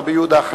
רבי יהודה החסיד.